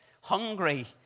hungry